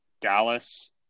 Dallas